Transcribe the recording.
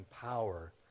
power